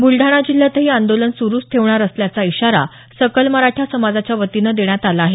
बुलडाणा जिल्ह्यातही आंदोलन सुरुच ठेवणार असल्याचा इशारा सकल मराठा समाजाच्या वतीनं देण्यात आला आहे